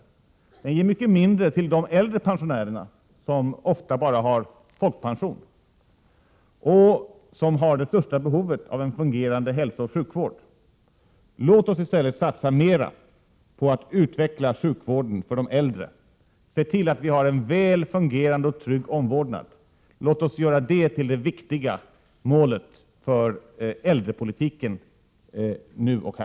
Höjningen ger mycket mindre till de äldre pensionärerna, som ofta bara har folkpension och som har det största behovet av en fungerande hälsooch sjukvård. Låt oss i stället satsa mera på att utveckla sjukvården för de äldre! Se till att vi har en väl fungerande och trygg omvårdnad! Låt oss göra det till det viktiga målet för äldrepolitiken här och nu!